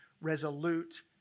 resolute